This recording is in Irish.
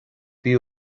bhí